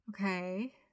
Okay